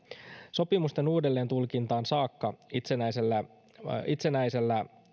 sopimusten uudelleentulkintaan saakka itsenäisen